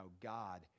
God